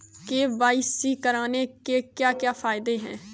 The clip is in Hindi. के.वाई.सी करने के क्या क्या फायदे हैं?